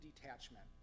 detachment